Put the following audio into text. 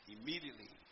Immediately